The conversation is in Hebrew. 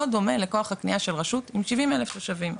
לא דומה לכוח הקנייה של רשות עם 70 אלף תושבים.